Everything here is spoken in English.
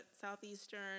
Southeastern